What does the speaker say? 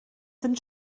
sind